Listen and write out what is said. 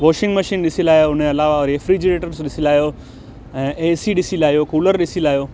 washing machine ॾिसी लायो हुनजे अलावा रेफ़्रिज़िरेटर्स ॾिसी लायो ऐं ए सी ॾिसी लायो कूलर ॾिसी लायो